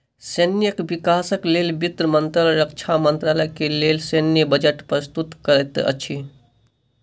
सैन्य विकासक लेल वित्त मंत्रालय रक्षा मंत्रालय के लेल सैन्य बजट प्रस्तुत करैत अछि